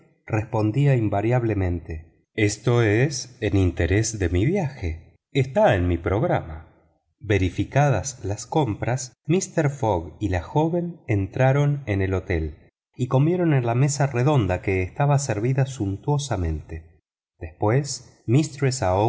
respondió invariablemente esto es en interés de mi viaje está en mi programa verificadas las compras mister fogg y la joven entraron en el hotel y comieron en la mesa redonda donde estaba servida suntuosamente después